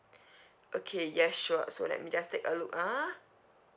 okay yes sure so let me just take a look ah